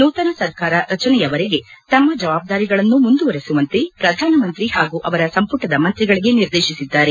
ನೂತನ ಸರ್ಕಾರ ರಚನೆಯವರೆಗೆ ತಮ್ನ ಜವಾಬ್ದಾರಿಗಳನ್ನು ಮುಂದುವರೆಸುವಂತೆ ಪ್ರಧಾನಮಂತ್ರಿ ಹಾಗೂ ಅವರ ಸಂಪುಟದ ಮಂತ್ರಿಗಳಿಗೆ ನಿರ್ದೇಶಿಸಿದ್ದಾರೆ